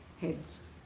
heads